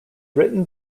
written